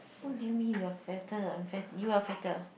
what do you mean you are fatter I'm fat you are fatter